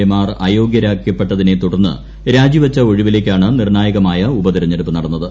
A മാർ അയോഗ്യരാക്കപ്പെട്ടതിനെ തുടർന്ന് രാജി വച്ചു ഒഴിവിലേക്കാണ് നിർണ്ണായകമായ ഉപതിരഞ്ഞെടുപ്പ് നടന്നത്